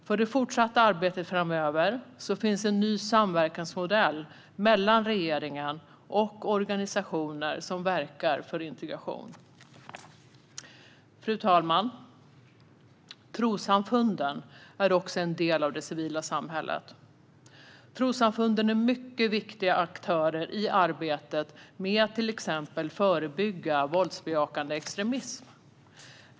För det fortsatta arbetet framöver finns en ny samverkansmodell mellan regeringen och organisationer som verkar för integration. Fru talman! Trossamfunden är också en del av det civila samhället. De är mycket viktiga aktörer i arbetet med att till exempel förebygga våldsbejakande extremism.